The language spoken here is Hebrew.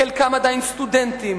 "חלקם עדיין סטודנטים,